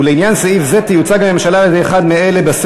לעניין סעיף זה תיוצג הממשלה על-ידי אחד מאלה,